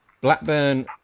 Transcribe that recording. Blackburn